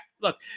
Look